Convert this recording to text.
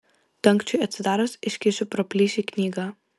dangčiui atsidarius iškišu pro plyšį knygą